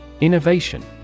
Innovation